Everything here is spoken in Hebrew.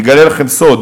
אני אגלה לכם סוד: